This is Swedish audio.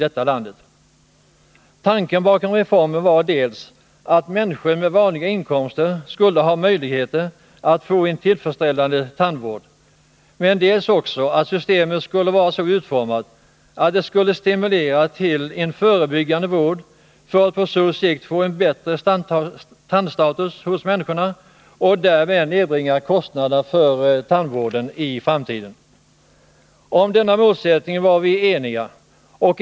Tanken bakom reformen var dels att människor med vanliga inkomster skulle ha möjlighet att få en tillfredsställande tandvård, dels att människorna på sikt — genom att systemet skulle vara så utformat att det stimulerade till förebyggande tandvård — skulle få en bättre tandstatus. Därmed skulle kostnaderna för tandvården nedbringas i framtiden. Om denna målsättning var vi eniga.